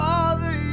Father